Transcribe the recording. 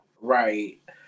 Right